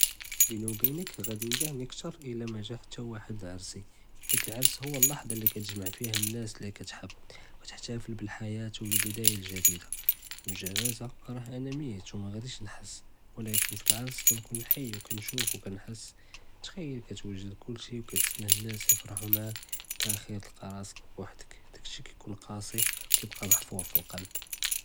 ביני ובינך גאדי יוג׳עני כתר אלא מאזא חתא ואחד לערסי חית אלערס הו אללחזה לי כתגמע פיה נשא לי כתּחב ותחתאפל בלהחיה ובלבּדאיה אלחדיתה, אלג׳נאזה ראה אני מית ומגעדיוש נהס ולקין פאלערס כנקון חי וכנשוף וכנחס אתחיאל קטווד כלשי וקטסתנה נשא יפרחו מעאק וויפאלאחר תלקא ראסק בוחדכ דאק שי כאיקון קסי וكيبقى محفור فالלב.